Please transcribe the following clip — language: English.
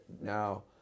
Now